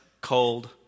cold